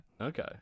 Okay